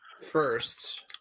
first